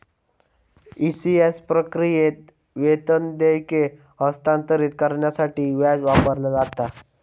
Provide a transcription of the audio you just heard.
ECS प्रक्रियेत, वेतन देयके हस्तांतरित करण्यासाठी व्याज वापरला जाता